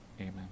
amen